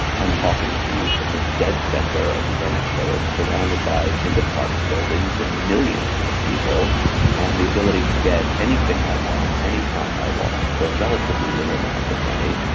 i'm talking to you from the dead center of a village village surrounded by big apartment buildings and millions of people and the ability to get anything i want anytime i want for relatively little amount of money